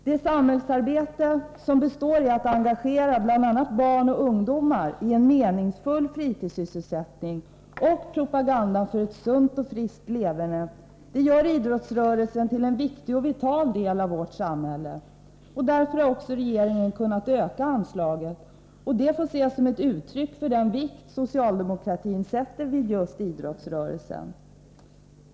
Det samhällsarbete som består i att engagera bl.a. barn och ungdomarien meningsfull fritidssysselsättning och propagandan för ett sunt och friskt leverne gör idrottsrörelsen till en viktig och vital del av vårt samhälle. Därför har också regeringen kunnat öka anslaget, och det får ses som ett uttryck för den vikt socialdemokratin fäster vid just idrottsrörelsen.